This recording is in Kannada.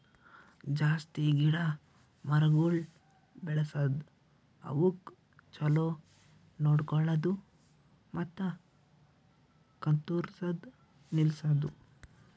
ಜಾಸ್ತಿ ಗಿಡ ಮರಗೊಳ್ ಬೆಳಸದ್, ಅವುಕ್ ಛಲೋ ನೋಡ್ಕೊಳದು ಮತ್ತ ಕತ್ತುರ್ಸದ್ ನಿಲ್ಸದು